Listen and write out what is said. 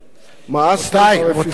רבותי, זה ממש,